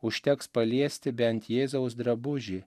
užteks paliesti bent jėzaus drabužį